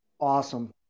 awesome